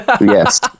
yes